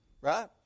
right